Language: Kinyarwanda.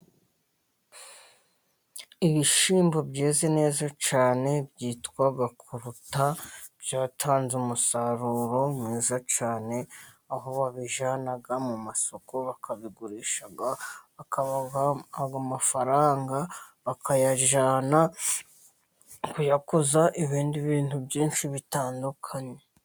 Ibishyimbo byeze neza cyane byitwa koruta, byatanze umusaruro mwiza cyane, aho babijyana mu masoko, bakabigurisha bakaha mafaranga, bakajyans kuyakoza ibindi bintu byinshi bitandukanye.